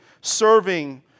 serving